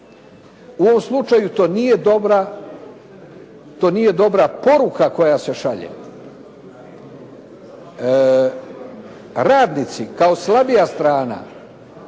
U ovom slučaju to nije dobra poruka koja se šalje. Radnici kao slabija strana